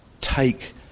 Take